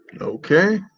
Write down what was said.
okay